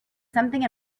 something